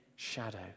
shadow